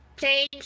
change